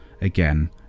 again